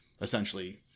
essentially